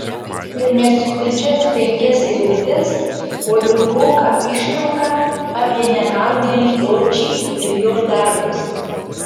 ir ne skurdžias penkias eilutes o ilgoką ištrauką apie nenaudėlį dočį ir jo darbus